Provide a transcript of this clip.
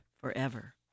forever